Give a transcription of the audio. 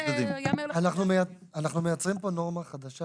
אנחנו מייצרים פה נורמה חדשה